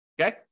Okay